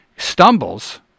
stumbles